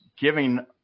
giving